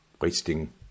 wasting